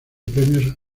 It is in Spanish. premios